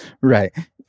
Right